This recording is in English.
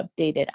updated